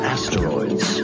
Asteroids